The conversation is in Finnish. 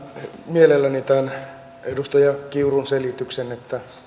mielelläni tämän edustaja kiurun selityksen että